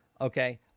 Okay